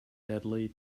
deadly